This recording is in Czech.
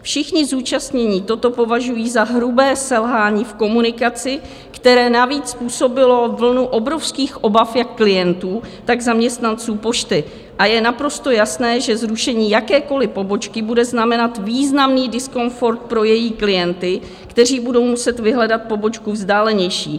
Všichni zúčastnění toto považují za hrubé selhání v komunikaci, které navíc způsobilo vlnu obrovských obav jak klientů, tak zaměstnanců pošty a je naprosto jasné, že zrušení jakékoli pobočky bude znamenat významný diskomfort pro její klienty, kteří budou muset vyhledat pobočku vzdálenější.